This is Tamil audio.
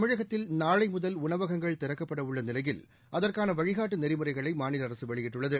தமிழகத்தில் நாளை முதல் உணவகங்கள் திறக்கப்பட உள்ள நிலையில் அதற்கான வழிகாட்டு நெறிமுறைகளை மாநில அரசு வெளியிட்டுள்ளது